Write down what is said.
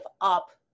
up